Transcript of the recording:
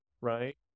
right